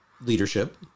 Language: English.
leadership